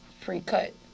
pre-cut